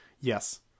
yes